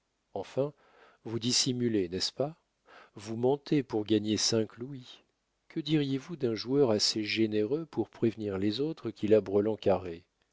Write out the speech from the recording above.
enfin vous dissimulez n'est-ce pas vous mentez pour gagner cinq louis que diriez-vous d'un joueur assez généreux pour prévenir les autres